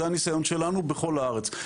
זה הניסיון שלנו בכל הארץ.